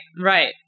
Right